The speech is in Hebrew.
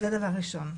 זה דבר ראשון.